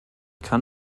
kann